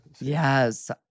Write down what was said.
Yes